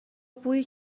بوی